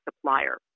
supplier